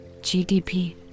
GDP